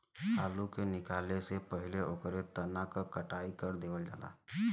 आलू के निकाले से पहिले ओकरे तना क कटाई कर देवल जाला